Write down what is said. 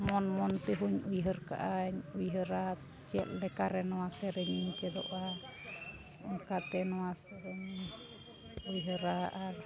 ᱢᱚᱱ ᱢᱚᱱ ᱛᱮᱦᱚᱧ ᱩᱭᱦᱟᱹᱨ ᱠᱟᱜᱼᱟ ᱩᱭᱦᱟᱹᱨᱟ ᱪᱮᱫ ᱞᱮᱠᱟᱨᱮ ᱱᱚᱣᱟ ᱥᱮᱨᱮᱧ ᱤᱧ ᱪᱮᱫᱚᱜᱼᱟ ᱚᱱᱠᱟᱛᱮ ᱱᱚᱣᱟ ᱥᱮᱨᱮᱧ ᱩᱭᱦᱟᱹᱨᱟ ᱟᱨ